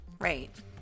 Right